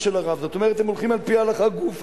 של הרב" זאת אומרת הם הולכים על-פי ההלכה גופא,